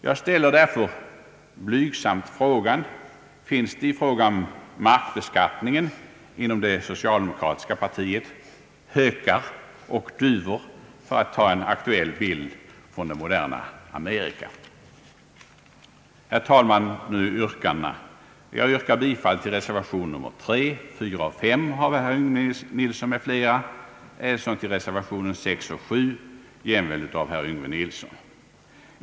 Jag ställer därför blygsamt frågan: Finns det när det gäller markbeskattningen inom det socialdemokratiska partiet hökar och duvor, för att ta en aktuell bild från det moderna Amerika? Herr talman, nu yrkandena. Jag yrkar bifall till reservationerna nr 3 och 4 av herr Yngve Nilsson m.fl. ävensom till reservationerna nr 6 och 7 jämväl av herr Yngve Nilsson m.fl.